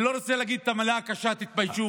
אני לא רוצה להגיד את המילה הקשה "תתביישו",